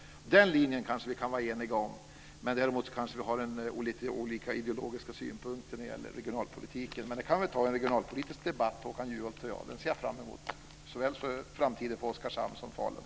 Den linjen kanske vi kan vara eniga om. Men däremot kanske vi har lite olika ideologiska synpunkter när det gäller regionalpolitiken. Men vi kan väl ta en regionalpolitisk debatt, Håkan Juholt och jag. Den ser jag fram emot när det gäller framtiden såväl för Oskarshamn som Falun.